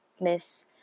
Miss